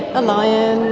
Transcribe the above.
a lion, a